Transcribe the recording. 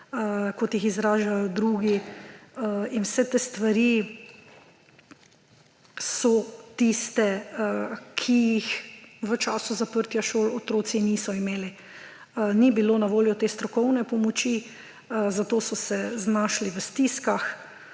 kot jih izražajo drugi. Vse te stvari so tiste, ki jih v času zaprtja šol otroci niso imeli. Ni bilo na voljo te strokovne pomoči, zato so se znašli v stiskah,